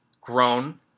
grown